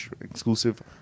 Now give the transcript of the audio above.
exclusive